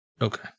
Okay